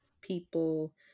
people